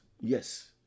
yes